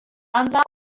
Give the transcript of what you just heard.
antza